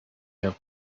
have